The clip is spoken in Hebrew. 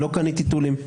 לא קנית טיטולים?